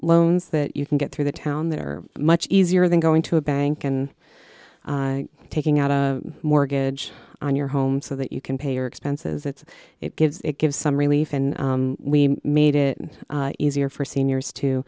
loans that you can get through the town that are much easier than going to a bank and taking out a mortgage on your home so that you can pay your expenses that it gives it gives some relief and we made it easier for seniors